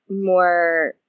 more